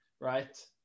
right